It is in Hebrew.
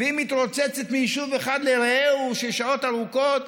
והיא מתרוצצת מיישוב אחד לרעהו שעות ארוכות,